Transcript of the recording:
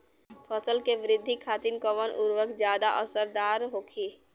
फसल के वृद्धि खातिन कवन उर्वरक ज्यादा असरदार होखि?